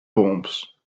palms